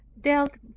dealt